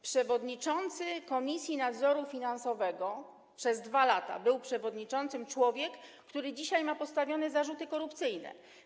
Przewodniczącym Komisji Nadzoru Finansowego przez 2 lata był człowiek, który dzisiaj ma postawione zarzuty korupcyjne.